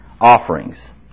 offerings